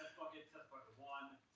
bucket, test bucket one,